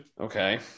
Okay